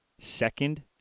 Second